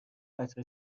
قطره